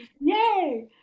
yay